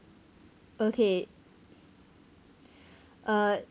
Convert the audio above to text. okay uh